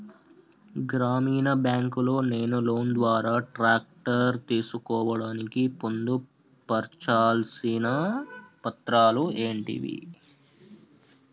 గ్రామీణ బ్యాంక్ లో నేను లోన్ ద్వారా ట్రాక్టర్ తీసుకోవడానికి పొందు పర్చాల్సిన పత్రాలు ఏంటివి?